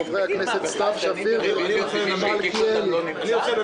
של חברי הכנסת סתיו שפיר ומיכאל מלכיאלי.